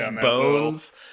bones